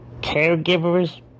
caregivers